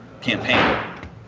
campaign